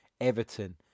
Everton